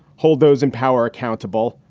hold those in power accountable,